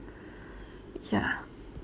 ya